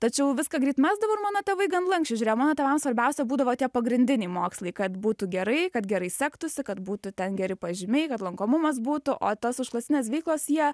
tačiau viską greit mesdavau ir mano tėvai gan lanksčiai žiūrėjo mano tėvam svarbiausia būdavo tie pagrindiniai mokslai kad būtų gerai kad gerai sektųsi kad būtų ten geri pažymiai lankomumas būtų o tas užklasines veiklos jie